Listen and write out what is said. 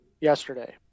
yesterday